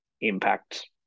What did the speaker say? impact